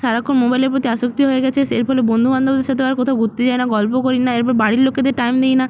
সারাক্ষণ মোবাইলের প্রতি আসক্তি হয়ে গিয়েছে এর ফলে বন্ধু বান্ধবের সাথে আর কোথাও ঘুরতে যাই না গল্প করি না এরপর বাড়ির লোকদেরকে টাইম দিই না